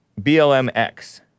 BLMX